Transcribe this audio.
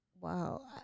Wow